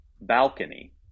balcony